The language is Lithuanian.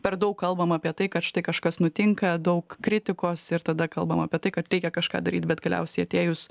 per daug kalbam apie tai kad štai kažkas nutinka daug kritikos ir tada kalbam apie tai kad reikia kažką daryt bet galiausiai atėjus